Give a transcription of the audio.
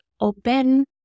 open